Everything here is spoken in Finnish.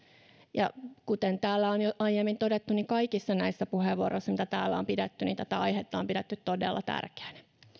kuten täällä on jo aiemmin todettu niin kaikissa näissä puheenvuoroissa jotka täällä on pidetty tätä aihetta on pidetty todella tärkeänä